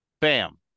Bam